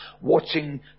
watching